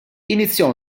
iniziò